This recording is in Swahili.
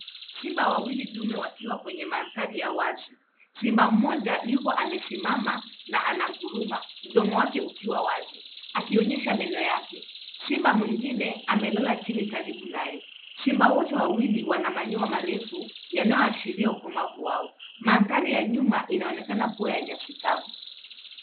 Simba wawili dume wakiwa kwenye mandhari ya wazi. Simba mmoja yupo amesimama na ananguruma, mdomo wake ukiwa wazi akionyesha meno yake. Simba mwingine amelala chini karibu naye. Simba wote wawili wana manyoya marefu yanayoashiria ukomavu wao. Mandhari ya nyuma inaonekana kua ya nyasi kavu.